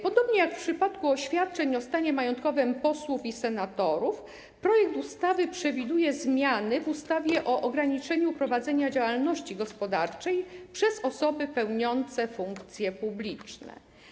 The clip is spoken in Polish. Podobnie jak w przypadku oświadczeń o stanie majątkowym posłów i senatorów projekt ustawy przewiduje zmiany w ustawie o ograniczeniu prowadzenia działalności gospodarczej przez osoby pełniące funkcje publiczne.